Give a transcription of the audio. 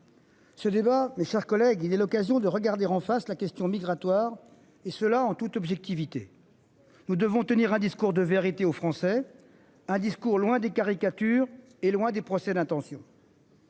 Ce débat. Mes chers collègues. Il est l'occasion de regarder en face la question migratoire et cela en toute objectivité. Nous devons tenir un discours de vérité aux Français, un discours loin des caricatures et loin des procès d'intention.--